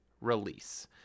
release